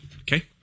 Okay